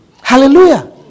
Hallelujah